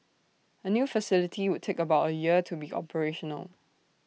A new facility would take about A year to be operational